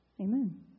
Amen